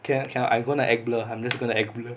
cannot I'm gonna act blur and I'm just gonna act blur